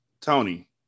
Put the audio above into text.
Tony